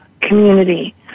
community